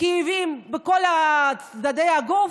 כאבים בכל הצדדים של הגוף,